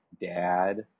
dad